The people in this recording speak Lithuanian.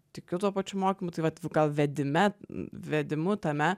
tikiu tuo pačių mokymu tai vat gal vedime vedimu tame